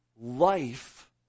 life